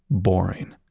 boring.